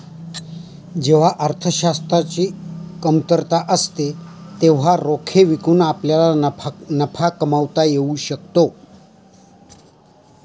जेव्हा अर्थशास्त्राची कमतरता असते तेव्हा रोखे विकून आपल्याला नफा कमावता येऊ शकतो